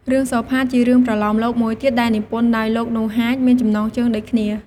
រឿងសូផាត ជារឿងប្រលោមលោកមួយទៀតដែលនិពន្ធដោយ លោក នូ ហាច មានចំណងជើងដូចគ្នា។